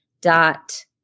dot